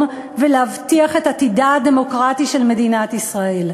ולהבטיח את עתידה הדמוקרטי של מדינת ישראל.